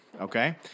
okay